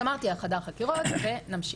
אז אמרתי על חדר החקירות, נמשיך.